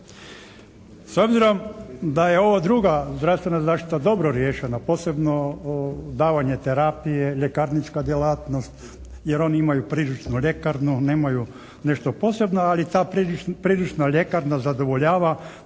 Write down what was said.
S obzirom da je ova druga zdravstvena zaštita dobro riješena, posebno davanje terapije, ljekarnička djelatnost jer oni imaju priručnu ljekarnu, nemaju nešto posebno ali ta priručna ljekarna zadovoljava